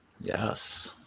Yes